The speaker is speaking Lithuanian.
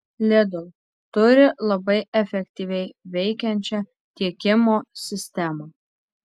lidl turi labai efektyviai veikiančią tiekimo sistemą